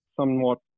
Somewhat